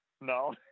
no